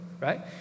right